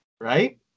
Right